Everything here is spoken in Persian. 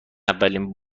ولین